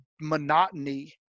monotony